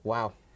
Wow